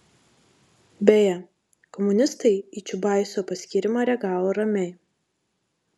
beje komunistai į čiubaiso paskyrimą reagavo ramiai